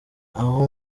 aho